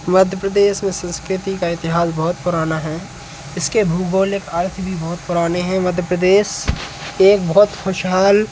मध्य प्रदेश में संस्कृति का इतिहास बहुत पुराना हैं इसके भौगोलिक अर्थ भी बहुत पुराने हैं मध्य प्रदेश एक बहुत खुशहाल